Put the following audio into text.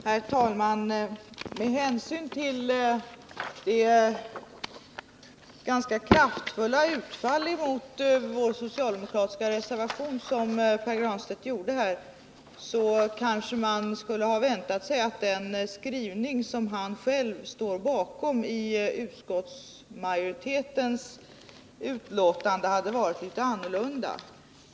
Herr talman! Med tanke på det ganska kraftfulla utfall mot den socialdemokratiska reservationen som Pär Granstedt gjorde hade man kanske väntat sig att den utskottsskrivning som han själv står bakom hade varit litet annorlunda.